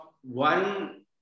one